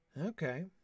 Okay